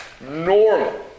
normal